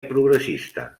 progressista